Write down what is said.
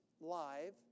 live